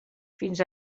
fins